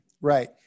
right